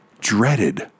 dreaded